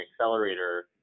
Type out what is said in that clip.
accelerator